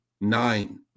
nine